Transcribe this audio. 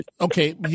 Okay